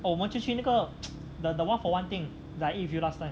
oh 我们就去那个 the one for one thing I eat with you last time